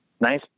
nice